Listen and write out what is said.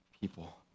people